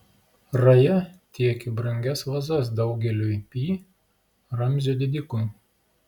raja tiekė brangias vazas daugeliui pi ramzio didikų